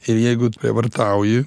ir jeigu prievartauji